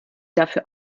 dafür